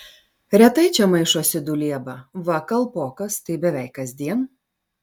retai čia maišosi dulieba va kalpokas tai beveik kasdien